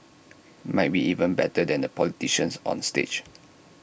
might be even better than the politicians on stage